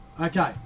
okay